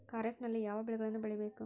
ಖಾರೇಫ್ ನಲ್ಲಿ ಯಾವ ಬೆಳೆಗಳನ್ನು ಬೆಳಿಬೇಕು?